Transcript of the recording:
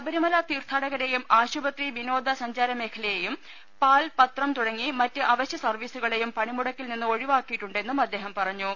ശബരിമല തീർത്ഥാടകരെയും ആശുപത്രി വിനോദ സഞ്ചാരമേ ഖലയെയും പാൽ പത്രം തുടങ്ങി മറ്റ് അവശ്യ സർവീസുക ളെയും പണിമുടക്കിൽ നിന്ന് ഒഴിവാക്കിയിട്ടുണ്ടെന്നും അദ്ദേഹം പറഞ്ഞു